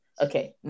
okay